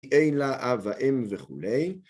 אין לה אב ואם, וכו'.